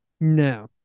No